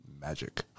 magic